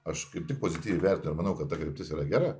aš kaip tik pozityviai vertinu ir manau kad ta kryptis yra gera